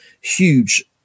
huge